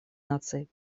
наций